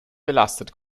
belastet